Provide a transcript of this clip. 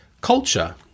culture